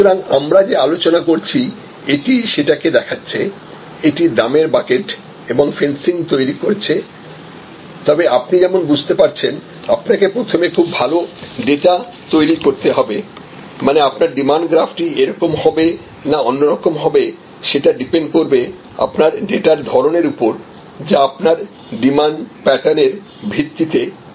সুতরাংআমরা যা আলোচনা করছি এটি সেটাকে দেখাচ্ছে এটি দামের বাকেট এবং ফেন্সিং তৈরি করছে তবে আপনি যেমন বুঝতে পারছেন আপনাকে প্রথমে খুব ভালো ডেটা তৈরি করতে হবে মানে আপনার ডিমান্ড গ্রাফটি এইরকম হবে না অন্য রকম হবে সেটা ডিপেন্ড করবে আপনার ডেটার ধরনের উপর যা আপনার ডিমান্ড প্যাটার্নের ভিত্তিতে তৈরি